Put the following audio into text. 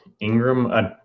Ingram